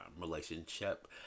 relationship